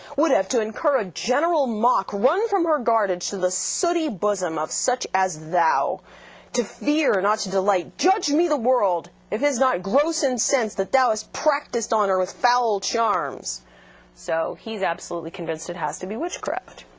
would ever have, to incur a general mock, run from her guardade to the sooty bosom of such as thou to fear, and not to delight. judge me the world, if tis not gross in sense that thou has practiced on her with foul charms so he's absolutely convinced it has to be witchcraft.